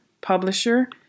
publisher